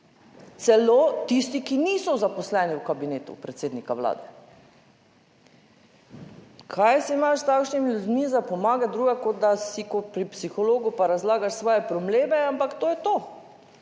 celo tisti, ki niso zaposleni v kabinetu predsednika Vlade. Kaj si imaš s takšnimi ljudmi za pomagati drugega kot da si kot pri psihologu pa razlagaš svoje probleme, ampak to je to,